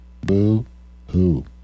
Boo-hoo